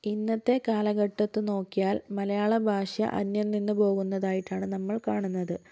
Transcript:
ഇന്നത്തെ കാലഘട്ടത്ത് നോക്കിയാല് മലയാള ഭാഷ അന്യം നിന്ന് പോകുന്നതായിട്ടാണ് നമ്മള് കാണുന്നത്